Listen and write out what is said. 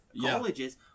colleges